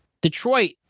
Detroit